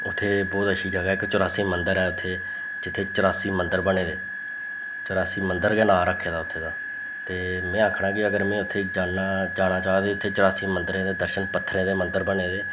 उत्थें बोह्त अच्छी जगह् ऐ इक चरासी मंदर ऐ उत्थें जित्थें चरासी मंदर बने दे चरासी मंदर गै नांऽ रक्खे दा उत्थें दा तें में आखना गी अगर में उत्थें जाना जाना चाह् ते उत्थें चरासी मंदरें दे दर्शन पत्थरें दे मंदर बने दे